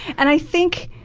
and i think